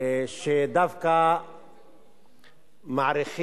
אמרה לו: אבל אצל משה